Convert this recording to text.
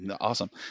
Awesome